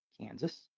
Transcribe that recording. Kansas